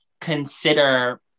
consider